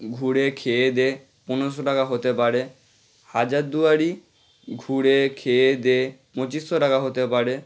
ঘুরে খেয়ে দেয়ে পনেরোশো টাকা হতে পারে হাজারদুয়ারী ঘুরে খেয়ে দেয়ে পঁচিশশো টাকা হতে পারে